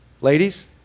ladies